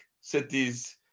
cities